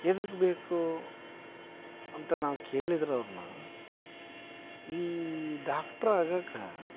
ಎದಕ ಬೇಕು ಅಂತ ನಾವು ಕೇಳಿದ್ರೆ ಅವ್ರನ್ನ ಈ ಡಾಕ್ಟ್ರ್ ಆಗಕ್ಕ